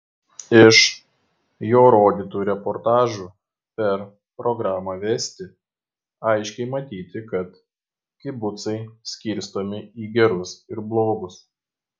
iš jo rodytų reportažų per programą vesti aiškiai matyti kad kibucai skirstomi į gerus ir blogus